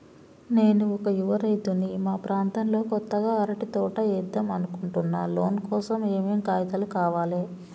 నేను ఒక యువ రైతుని మా ప్రాంతంలో కొత్తగా అరటి తోట ఏద్దం అనుకుంటున్నా లోన్ కోసం ఏం ఏం కాగితాలు కావాలే?